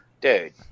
dude